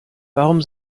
warum